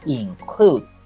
include